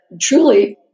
truly